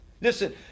Listen